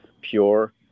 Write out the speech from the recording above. pure